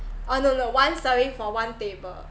oh no no one serving for one table